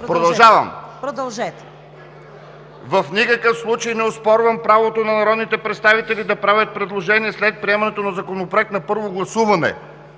ЕРМЕНКОВ: „В никакъв случай не оспорвам правото на народните представители да правят предложения след приемането на законопроект на първо гласуване,